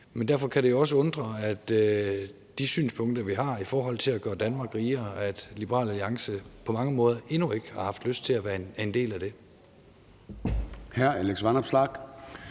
men derfor kan det også undre, at de synspunkter, vi har i forhold til at gøre Danmark rigere, har Liberal Alliance på mange måder endnu ikke haft lyst til at være en del af.